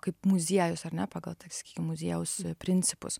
kaip muziejus ar ne pagal sakykim muziejaus principus